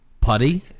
Putty